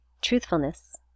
truthfulness